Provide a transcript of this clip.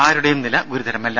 ആരുടേയും നില ഗുരുതരമല്ല